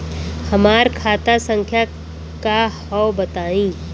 हमार खाता संख्या का हव बताई?